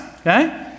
okay